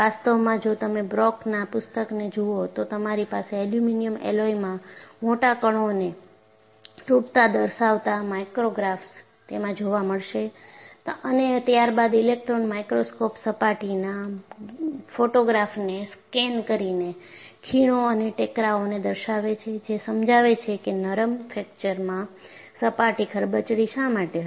વાસ્તવમાં જો તમે બ્રોકના પુસ્તકને જુઓ તો તમારી પાસે એલ્યુમિનિયમ એલોયમાં મોટા કણોને તૂટતા દર્શાવતા માઇક્રોગ્રાફ્સ તેમાં જોવા મળશે અને ત્યારબાદ ઇલેક્ટ્રોન માઇક્રોસ્કોપ સપાટીના ફોટોગ્રાફને સ્કેન કરીને ખીણો અને ટેકરાઓને દર્શાવે છે જે સમજાવે છે કે નરમ ફ્રેક્ચરમાં સપાટી ખરબચડી શા માટે હતી